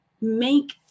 make